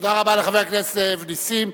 תודה רבה לחבר הכנסת זאב נסים.